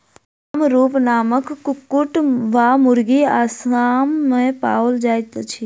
कामरूप नामक कुक्कुट वा मुर्गी असाम मे पाओल जाइत अछि